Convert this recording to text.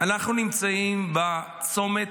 אנחנו נמצאים בצומת,